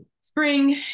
spring